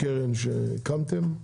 קרן שהקמתם.